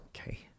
Okay